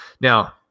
Now